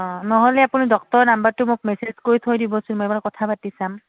অঁ নহ'লে আপুনি ডক্তৰৰ নাম্বাৰটো মোক মেছেজ কৰি থৈ দিবচোন মই এবাৰ কথা পাতি চাম